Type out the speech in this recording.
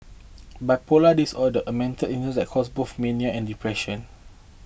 bipolar disorder a mental illness that cause both mania and depression